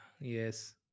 yes